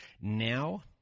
now